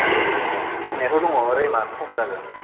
दे दंनायाथ' दङ रेमा खम जागोन